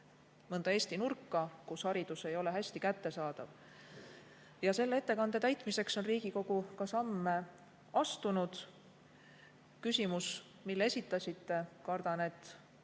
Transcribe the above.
mõnda Eesti nurka, kus haridus ei ole hästi kättesaadav. Selle ettekande täitmiseks on Riigikogu ka samme astunud. Küsimus, mille esitasite, kardan,